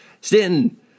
stanton